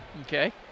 Okay